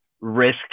risk